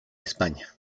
españa